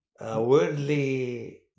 worldly